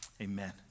Amen